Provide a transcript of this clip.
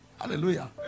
Hallelujah